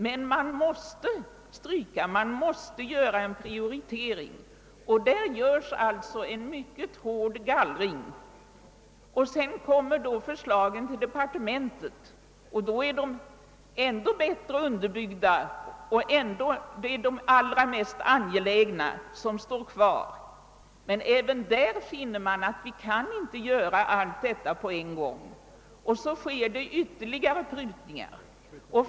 Men man måste ändå göra en prioritering. Därför sker där en mycket hård gallring. Därefter kommer förslagen till departementen. Då är de ändå bättre underbyggda, därför att det är de allra mest angelägna som står kvar. Men även där finner man att det inte går att tillmötesgå alla önskemål på en gång och därför gör man ytterligare prutningar.